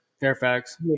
Fairfax